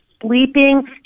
sleeping